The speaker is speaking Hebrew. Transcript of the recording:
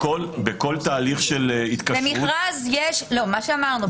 בכל תהליך של התקשרות --- לא, מה שאמרנו.